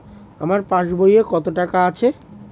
আমার পাস বইয়ে কত টাকা আছে?